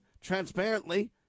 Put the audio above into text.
transparently